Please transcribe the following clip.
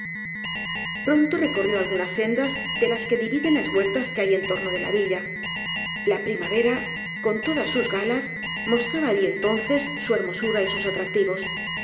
pronto recorrió algunas sendas de las que divi den las huertas que hay en torno de la villa la pri mavera con todas sus galas mostraba allí enton ces su hermosura y sus atractivos